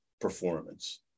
performance